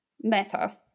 meta